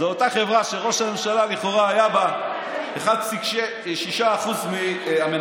זו אותה חברה שלראש הממשלה לכאורה היו בה 1.6% מהמניות,